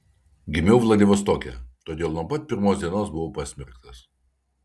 gimiau vladivostoke todėl nuo pat pirmos dienos buvau pasmerktas